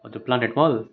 मतलब प्लानेट मल